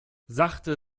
sachte